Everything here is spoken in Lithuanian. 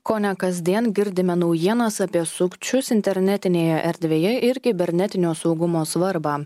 kone kasdien girdime naujienas apie sukčius internetinėje erdvėje ir kibernetinio saugumo svarbą